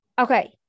Okay